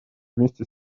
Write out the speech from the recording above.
вместе